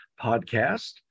Podcast